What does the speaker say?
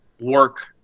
work